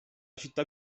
città